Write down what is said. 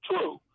True